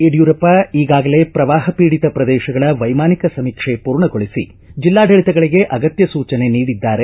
ಯಡಿಯೂರಪ್ಪ ಈಗಾಗಲೇ ಪ್ರವಾಹ ಪೀಡಿತ ಪ್ರದೇಶಗಳ ವೈಮಾನಿಕ ಸಮೀಕ್ಷೆ ಪೂರ್ಣಗೊಳಿಸಿ ಜಿಲ್ಲಾಡಳತಗಳಿಗೆ ಅಗತ್ತ ಸೂಚನೆ ನೀಡಿದ್ದಾರೆ